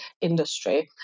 industry